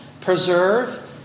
Preserve